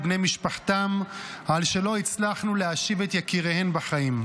מבני משפחתם על שלא הצלחנו להשיב את יקיריהם בחיים.